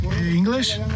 English